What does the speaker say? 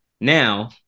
now